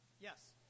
Yes